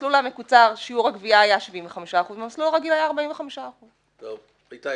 שבמסלול המקוצר שיעור הגבייה היה 75% ובמסלול הרגיל היה 45%. איתי,